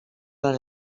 les